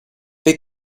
they